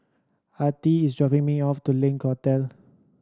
Artie is dropping me off to Link Hotel